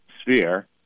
sphere